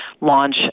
launch